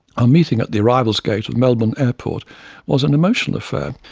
our meeting at the arrivals gate of melbourne airport was an emotional affair,